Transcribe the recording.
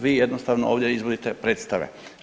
Vi jednostavno ovdje izvodite predstave.